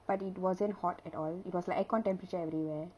but it wasn't hot at all it was like air-con temperature everywhere